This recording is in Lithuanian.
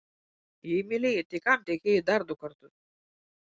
jei mylėjai tai kam tekėjai dar du kartus